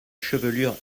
chevelure